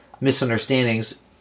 misunderstandings